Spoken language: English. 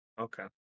Okay